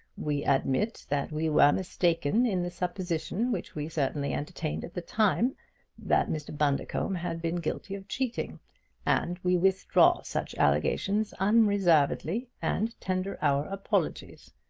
we admit that we were mistaken in the supposition which we certainly entertained at the time that mr. bundercombe had been guilty of cheating and we withdraw such allegations unreservedly, and tender our apologies.